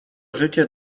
życie